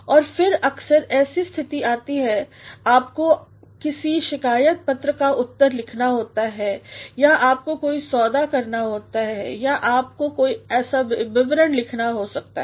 और फिर अक्सर ऐसी भी स्थिति आती है आपको किसी शिकायत पत्र का उत्तर लिखना होता है या आपको कोई सौदा करना होता है या आपको एक विवरण लिखना हो सकता है